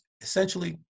essentially